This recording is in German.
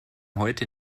heute